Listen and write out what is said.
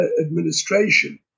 administration